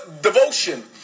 devotion